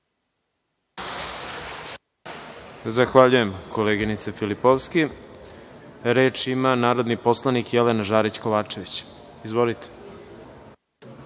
Zahvaljujem, koleginice Filipovski. Reč ima narodni poslanik Jelena Žarić Kovačević. Izvolite.